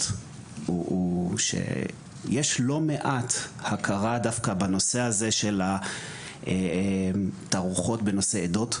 הוא שיש לא מעט הכרה דווקא בנושא הזה של התערוכות בנושא עדות,